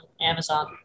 Amazon